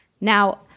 Now